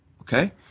Okay